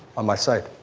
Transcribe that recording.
on my site.